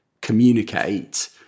communicate